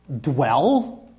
dwell